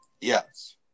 Yes